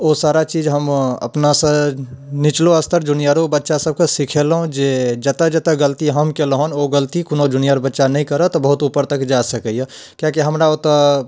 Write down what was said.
ओ सारा चीज हम अपनासँ निचलो स्तर जूनियरो बच्चा सभकऽ सिखेलहुँ जे जतऽ जतऽ गलती हम कयलहुँ हन ओ गलती कोनो जूनियर बच्चा नहि करत तऽ बहुत ऊपर तक जाय सकैए किएकि हमरा ओतऽ